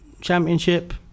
championship